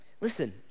Listen